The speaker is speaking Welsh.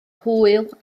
hwyl